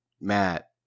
Matt